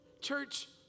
Church